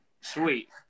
sweet